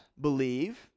believe